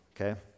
Okay